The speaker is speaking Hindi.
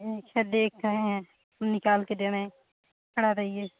ठीक है देख रहे हैं निकाल कर दे रहे हैं खड़ा रहिए